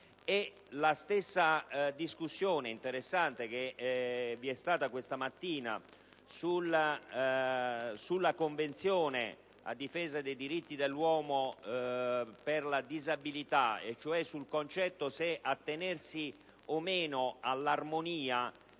La stessa discussione interessante che vi è stata questa mattina riguardo alla Convenzione sui diritti delle persone con disabilità (cioè sul concetto se attenersi o meno all'armonia